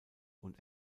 und